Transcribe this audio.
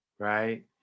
Right